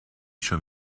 schon